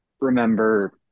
Remember